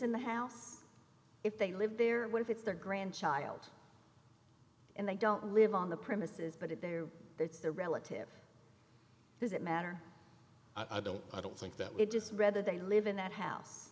in the house if they live there what if it's their grandchild and they don't live on the premises but if they're there it's their relative does it matter i don't i don't think that it just read that they live in that house